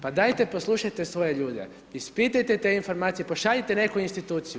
Pa dajte poslušajte svoje ljude, ispitajte te informacije, pošaljite neku instituciju.